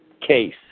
CASE